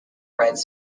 friends